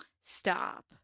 Stop